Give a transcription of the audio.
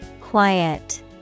Quiet